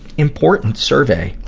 important survey.